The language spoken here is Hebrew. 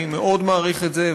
אני מאוד מעריך את זה,